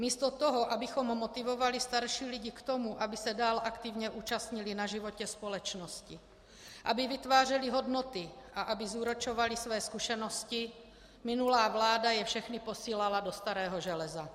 Místo toho, abychom motivovali starší lidi k tomu, aby se dál aktivně účastnili na životě společnosti, aby vytvářeli hodnoty a aby zúročovali své zkušenosti, minulá vláda je všechny posílala do starého železa.